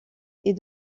est